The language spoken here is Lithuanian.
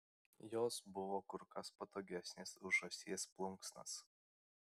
jos buvo kur kas patogesnės už žąsies plunksnas